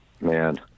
Man